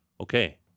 Okay